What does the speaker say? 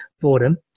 boredom